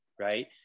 right